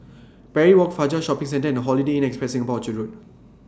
Parry Walk Fajar Shopping Centre and Holiday Inn Express Singapore Orchard Road